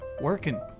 Working